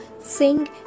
sing